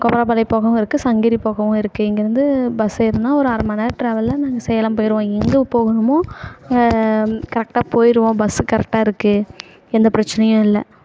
குமாரபாளையம் போகவும் இருக்குது சங்கிரி போகவும் இருக்குது இங்கிருந்து பஸ் ஏறுனால் ஒரு அரை மணி டிராவலில் நாங்கள் சேலம் போயிடுவோம் எங்கே போகணுமோ கரெக்டாக போயிடுவோம் பஸ்ஸு கரெக்டாக இருக்குது எந்த பிரச்சினையும் இல்லை